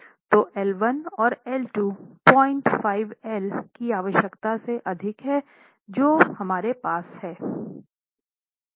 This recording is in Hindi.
तो L 1 और L 2 05 L की आवश्यकता से अधिक है जो हमारे पास है